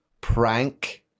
prank